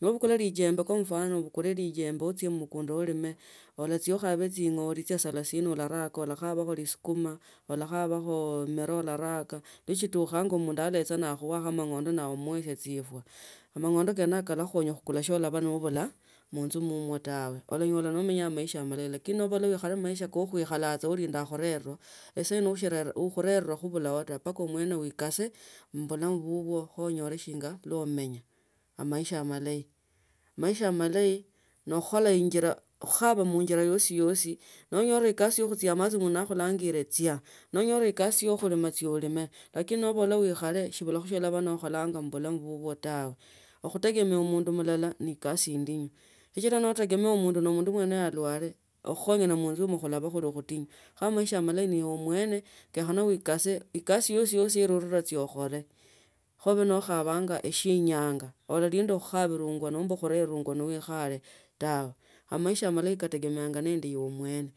Nobukula lijembe kwa mfano ubukule lijembe aachie khumukunda khulima olachia ukhabe chingoli chia salasini urake, ulkhabakho khusukuma, ulakhabakho miroa ularaka neshitukhanga muitala ne akhuwakho mang’onda nawe omuesia chifwa. Amang’onda kene yako kalakhukenya khukula shia olaba nobule munzu mumo tawe olanyola nomenye maisha amalayi lakini nobola umenyen maisha ka khuikhalacha ulinda akhunibe esaino ukhunde bulaa taa mpaka omwene ulikase mubulamu bubwa kho onyole shinga omenya amaisha amalayi maisha amalayi ni khukhola injila khukhaba muinjila yesi yesi nonyora ekasi yakhuchia machi mundu nakhulangile chia nonyda ekasi ya khulimo chia ulime lakini nobola uikhabe silikho si olaba nokhola mubulamu bubwo tawe okhutegemea mundu mulala ni kasi indinyu sichira notigemea mundu mulala ni kasi indinyu sichira notigemea mundu mulala ni kasi indinyu sichira notegemea mundu mwene alalwa okhukhonyana munzu mla ba muli khubutinyu kho amaisha amalayi nibe mwana kabida uikase kasi yosi yosi ila chia okhole khobe nokhabanga shia enyanga olalinda khukhabilwanga nomba khurelwa nokhaba tawe amaisha amalayi kategemeanga nende ibe mwene